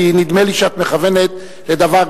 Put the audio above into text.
כי נדמה לי שאת מכוונת לדבר,